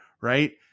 right